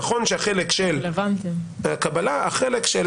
נכון שהחלק של הקבלה, החלק של